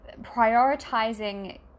prioritizing